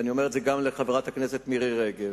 ואני אומר את זה גם לחברת הכנסת מירי רגב.